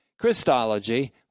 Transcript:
Christology